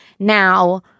Now